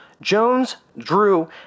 Jones-Drew